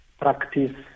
practice